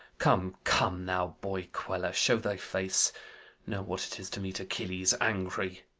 come, come, thou boy-queller, show thy face know what it is to meet achilles angry.